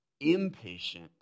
impatient